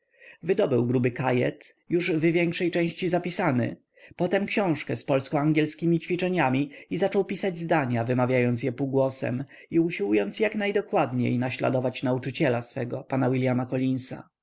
wydobył gruby kajet już w większej części zapisany potem książkę z polsko-angielskiemi ćwiczeniami i zaczął pisać zdania wymawiając je półgłosem i usiłując jak najdokładniej naśladować nauczyciela swego pana